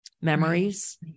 memories